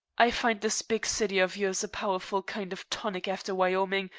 i find this big city of yours a powerful kind of tonic after wyoming.